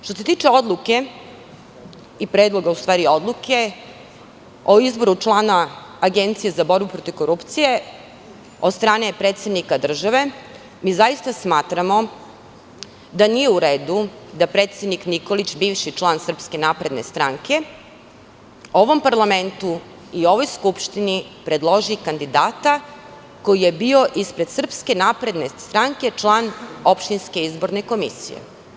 Što se tiče odluke i predloga odluke o izboru člana Agencije za borbu protiv korupcije od strane predsednika države, mi zaista smatramo da nije u redu da predsednik Nikolić, bivši član SNS, ovom parlamentu i ovoj Skupštini predloži kandidata koji je bio ispred SNS član opštinske izborne komisije.